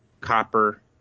copper